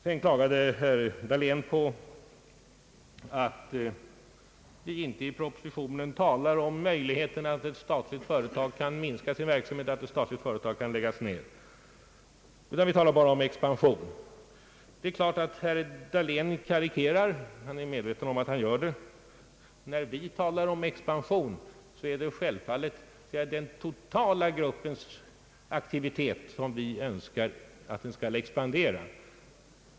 Sedan klagade herr Dahlén på att vi inte-i propositionen talar om möjligheten att ett statligt företag kan minska sin verksamhet eller läggas ned, utan att vi bara talar om expansion. Nå, herr Dahlén karikerar och är medveten om att han gör det. När vi talar om expansion är det självfallet den totala gruppens aktivitet som vi önskar skall expandera.